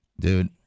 dude